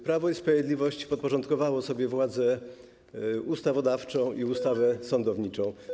Prawo i Sprawiedliwość podporządkowało sobie władzę ustawodawczą i władzę sądowniczą.